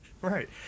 Right